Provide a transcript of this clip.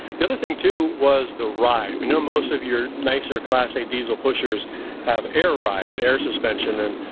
the other thing too, was the ride. we know most of your nicer class a diesel pushers have air ride and air suspension, and